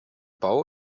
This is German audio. bau